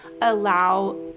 allow